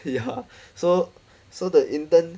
ya so so the intern